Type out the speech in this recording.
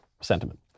sentiment